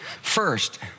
First